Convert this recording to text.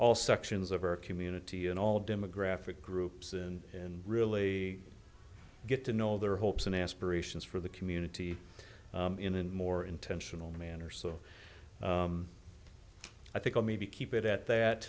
all sections of our community and all demographic groups and and really get to know their hopes and aspirations for the community in an more intentional manner so i think i may be keep it at that